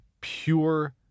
pure